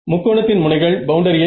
முக்கோணத்தின் முனைகள் பவுண்டரியை